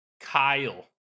Kyle